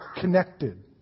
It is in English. connected